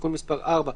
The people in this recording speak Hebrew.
תיקון מס' 4,